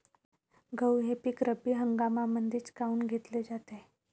गहू हे पिक रब्बी हंगामामंदीच काऊन घेतले जाते?